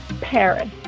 Paris